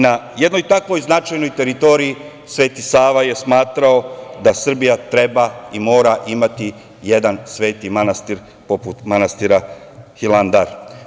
Na jednoj takvoj značajnoj teritoriji Sveti Sava je smatrao da Srbija treba i mora imati jedan Sveti manastir, poput manastira Hilandar.